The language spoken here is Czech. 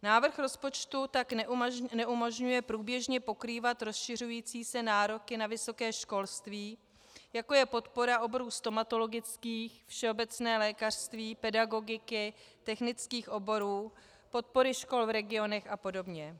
Návrh rozpočtu tak neumožňuje průběžně pokrývat rozšiřující se nároky na vysoké školství, jako je podpora oborů stomatologických, všeobecného lékařství, pedagogiky, technických odborů, podpory škol v regionech apod.